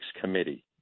committee